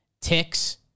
ticks